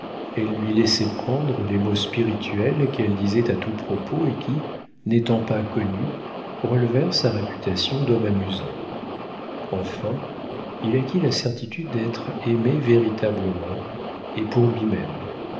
elle lui laissait prendre les mots spirituels qu'elle disait à tout propos et qui n'étant pas connus relevèrent sa réputation d'homme amusant enfin il acquit la certitude d'être aimé véritablement et pour lui-même